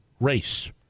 race